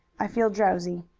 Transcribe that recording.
i feel drowsy.